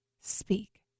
speak